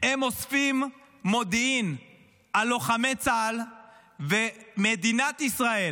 הם אוספים מודיעין על לוחמי צה"ל ומדינת ישראל